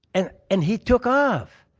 and and he took off.